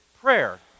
Prayer